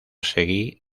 seguí